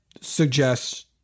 suggest